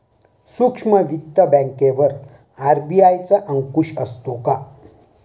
सूक्ष्म वित्त बँकेवर आर.बी.आय चा अंकुश असतो का?